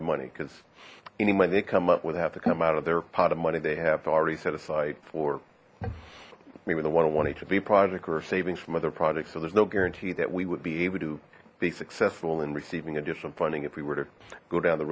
the money because any money they come up with have to come out of their pot of money they have to already set aside or maybe the one one hiv project or savings from other projects so there's no guarantee that we would be able to be successful in receiving additional funding if we were to go down the